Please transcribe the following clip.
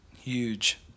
Huge